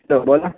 hello बोला